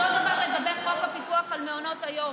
אותו הדבר לגבי חוק הפיקוח על מעונות היום.